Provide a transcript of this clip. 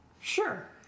Sure